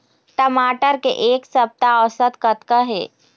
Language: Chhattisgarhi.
टमाटर के एक सप्ता औसत कतका हे?